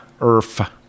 Earth